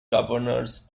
governors